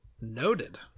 Noted